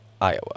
Iowa